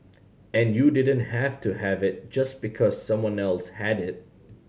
and you didn't have to have it just because someone else had it